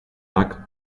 lack